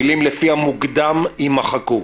המילים: "לפי המוקדם" יימחקו.